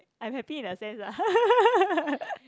I am happy in a sense lah